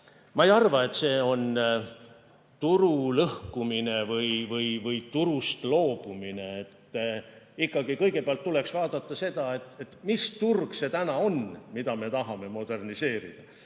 Ma ei arva, et see on turu lõhkumine või turust loobumine. Kõigepealt tuleks ikkagi vaadata, mis turg see täna on, mida me tahame moderniseerida.